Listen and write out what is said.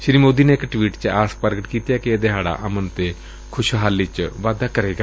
ਸ਼ੀ ਮੋਦੀ ਨੇ ਇਕ ਟਵੀਟ ਚ ਆਸ ਪ੍ਗਟ ਕੀਤੀ ਏ ਕਿ ਇਹ ਦਿਹਾੜਾ ਅਮਨ ਤੇ ਖੁਸ਼ਹਾਲੀ ਚ ਵਾਧਾ ਕਰੇਗਾ